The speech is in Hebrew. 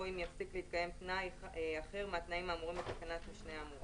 אם יפסיק להתקיים תנאי אחר מהתנאים האמורים בתקנת המשנה האמורה.